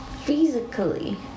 physically